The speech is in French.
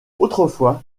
autrefois